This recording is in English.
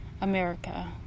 America